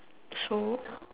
so